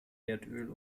erdöl